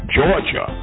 Georgia